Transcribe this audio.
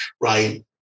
right